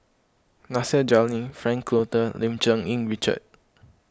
Nasir Jalil Frank Cloutier Lim Cherng Yih Richard